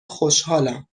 خوشحالم